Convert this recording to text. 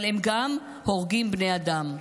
אבל הם גם הורגים בני אדם.